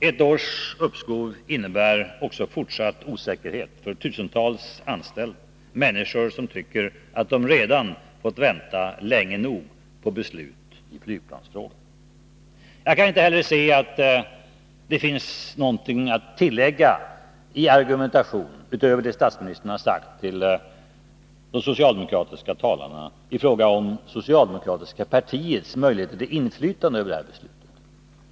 Ett års uppskov innebär också fortsatt osäkerhet för tusentals anställda, människor som tycker att de redan fått vänta tillräckligt länge på beslut i flygplansfrågan. Jag kan inte heller se att det finns något att tillägga som argumentation utöver det som statsministern sagt till de socialdemokratiska talarna i fråga om det socialdemokratiska partiets möjligheter till inflytande över det här beslutet.